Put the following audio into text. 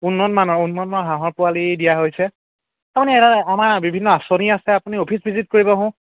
উন্নত মানৰ উন্নন মান হাঁহৰ পোৱালি দিয়া হৈছে আপুনি এটা আমাৰ বিভিন্ন আঁচনি আছে আপুনি অফিচ ভিজিট কৰিব হওঁ